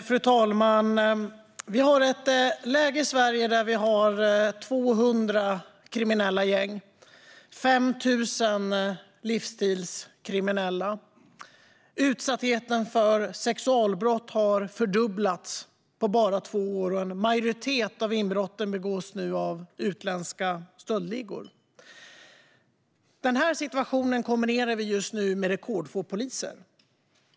Fru talman! Vi har ett läge i Sverige där vi har 200 kriminella gäng och 5 000 livsstilskriminella. Utsattheten när det gäller sexualbrott har fördubblats på bara två år. En majoritet av inbrotten begås nu av utländska stöldligor. Den här situationen kombinerar vi just nu med rekordfå poliser.